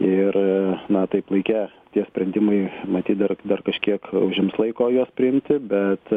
ir na taip laike tie sprendimai matyt dar dar kažkiek užims laiko juos priimti bet